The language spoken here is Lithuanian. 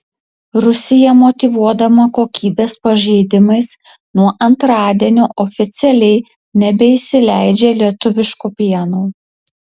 rusija motyvuodama kokybės pažeidimais nuo antradienio oficialiai nebeįsileidžia lietuviško pieno